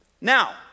now